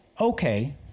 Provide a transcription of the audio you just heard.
okay